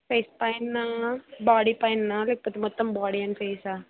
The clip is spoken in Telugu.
హెడ్ పైన బాడీ పైన లేకపోతే మొత్తం బాడీ అండ్ ఫేసా